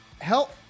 Help